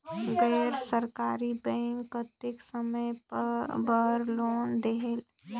गैर सरकारी बैंक कतेक समय बर लोन देहेल?